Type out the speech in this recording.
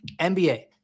nba